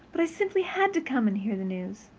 but i simply had to come and hear the news.